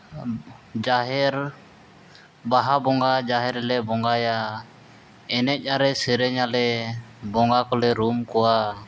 ᱡᱟᱦᱮᱨ ᱵᱟᱦᱟ ᱵᱚᱸᱜᱟ ᱡᱟᱦᱮᱨ ᱨᱮᱞᱮ ᱵᱚᱸᱜᱟᱭᱟ ᱮᱱᱮᱡ ᱟᱞᱮ ᱥᱮᱨᱮᱧ ᱟᱞᱮ ᱵᱚᱸᱜᱟ ᱠᱚᱞᱮ ᱨᱩᱢ ᱠᱚᱣᱟ